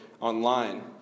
Online